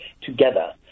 together